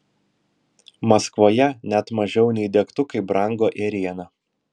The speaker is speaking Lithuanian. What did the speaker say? maskvoje net mažiau nei degtukai brango ėriena